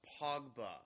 Pogba